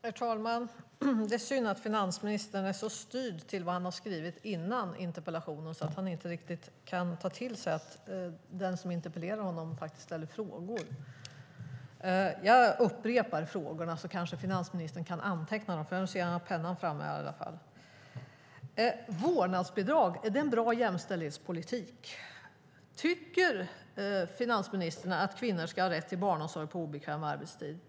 Herr talman! Det är synd att finansministern är så styrd av det han har skrivit före interpellationsdebatten att han inte riktigt kan ta till sig att den som interpellerar honom faktiskt ställer frågor. Jag upprepar frågorna, så kanske finansministern kan anteckna dem, för nu ser jag att han har penna framme i alla fall. Vårdnadsbidrag, är det en bra jämställdhetspolitik? Tycker finansministern att kvinnor ska ha rätt till barnomsorg på obekväm arbetstid?